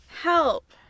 help